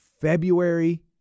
February